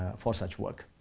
for such work.